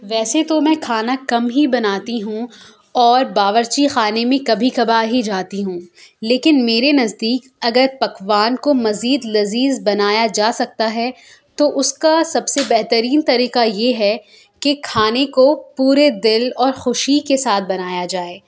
ویسے تو میں کھانا کم ہی بناتی ہوں اور باورچی خانے میں کبھی کبھار ہی جاتی ہوں لیکن میرے نزدیک اگر پکوان کو مزید لذیذ بنایا جا سکتا ہے تو اس کا سب سے بہترین طریقہ یہ ہے کہ کھانے کو پورے دل اور خوشی کے ساتھ بنایا جائے